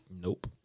Nope